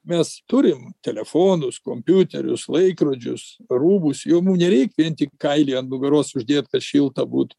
mes turim telefonus kompiuterius laikrodžius rūbus jau mum nereik vien tik kailį ant nugaros uždėt kad šilta būtų